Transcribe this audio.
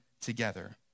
together